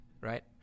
Right